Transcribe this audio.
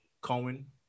Cohen